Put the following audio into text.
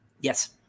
Yes